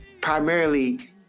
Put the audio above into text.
primarily